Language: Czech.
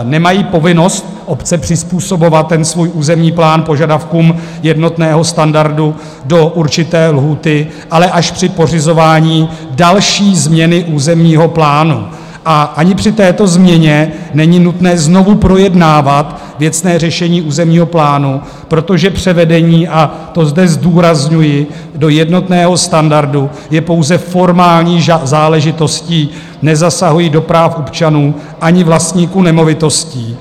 Nemají povinnost obce přizpůsobovat svůj územní plán požadavkům jednotného standardu do určité lhůty, ale až při pořizování další změny územního plánu, a ani při této změně není nutné znovu projednávat věcné řešení územního plánu, protože převedení, a to zde zdůrazňuji, do jednotného standardu je pouze formální záležitostí nezasahující do práv občanů ani vlastníků nemovitostí.